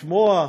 לשמוע.